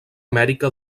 amèrica